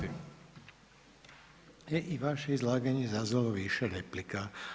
I vaše izlaganje je izazvalo više replika.